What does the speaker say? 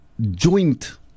joint